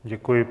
Děkuji.